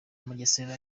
mugesera